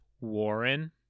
Warren